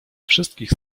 wszystkich